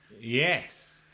Yes